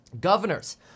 Governors